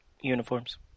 uniforms